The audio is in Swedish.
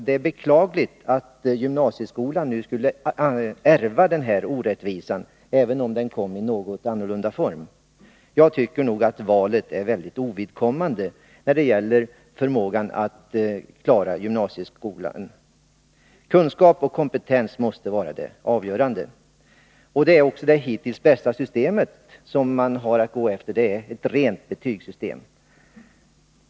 Det är beklagligt att gymnasieskolan nu har fått ärva en sådan orättvisa, även om den där har en något annorlunda form. Jag tycker att valet är helt ovidkommande för bedömningen av en elevs förmåga att klara gymnasieskolan. Kunskap och kompetens måste vara det avgörande. Det system som hittills visat sig vara bäst är ett rent betygssystem.